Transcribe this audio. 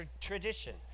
tradition